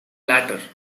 latter